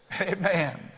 Amen